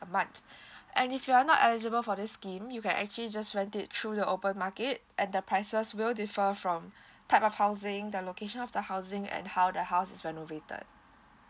a month and if you're not eligible for this scheme you can actually just rent it through the open market and the prices will differ from type of housing the location of the housing and how the house is renovated